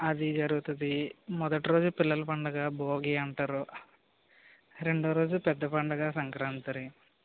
అది జరుగుతుంది మొదటి రోజే పిల్లల పండుగ భోగి అంటారు రెండవ రోజు పెద్ద పండుగ సంక్రాంతి